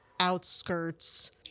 Outskirts